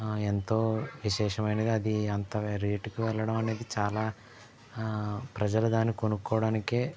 ఎంతో విశేషమైనది అది అంత రేటుకు వెళ్ళడం అనేది చాలా ప్రజలు దాన్ని కొనుక్కోవడానికే